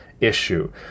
issue